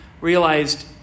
realized